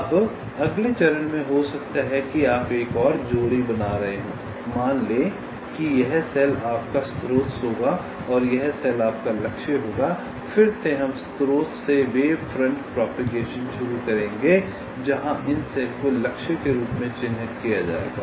अब अगले चरण में हो सकता है कि आप एक और जोड़ी बना रहे हों मान लें कि यह सेल आपका स्रोत होगा यह सेल आपका लक्ष्य होगा फिर से हम स्रोत से वेव फ्रंट प्रोपैगेशन शुरू करेंगे जहां इन सेल को लक्ष्य के रूप में चिह्नित किया जाएगा